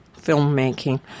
filmmaking